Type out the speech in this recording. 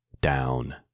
down